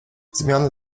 zmiany